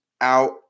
out